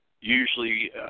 usually